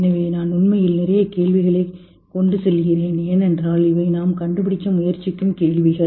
எனவே நான் உண்மையில் நிறைய கேள்விகளைக் கொண்டு செல்கிறேன் ஏனென்றால் இவை நாம் கண்டுபிடிக்க முயற்சிக்கும் கேள்விகள்